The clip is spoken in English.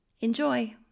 Enjoy